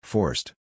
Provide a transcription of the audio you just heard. Forced